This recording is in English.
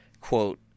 quote